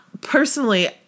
Personally